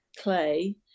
clay